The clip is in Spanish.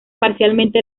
parcialmente